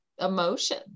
emotion